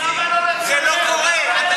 זה לא קורה.